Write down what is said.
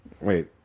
Wait